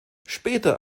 später